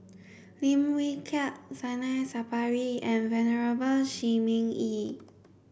Lim Wee Kiak Zainal Sapari and Venerable Shi Ming Yi